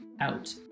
out